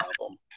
album